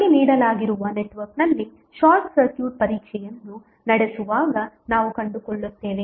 ನಮಗೆ ನೀಡಲಾಗಿರುವ ನೆಟ್ವರ್ಕ್ನಲ್ಲಿ ಶಾರ್ಟ್ ಸರ್ಕ್ಯೂಟ್ ಪರೀಕ್ಷೆಯನ್ನು ನಡೆಸುವಾಗ ನಾವು ಕಂಡುಕೊಳ್ಳುತ್ತೇವೆ